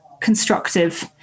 constructive